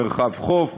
מרחב חוף,